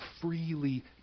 freely